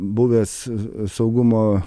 buvęs saugumo